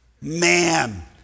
man